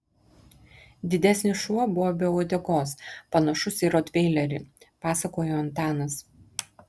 didesnis šuo buvo be uodegos panašus į rotveilerį pasakojo antanas